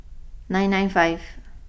nine nine five